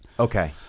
okay